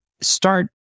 start